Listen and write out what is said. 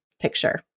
picture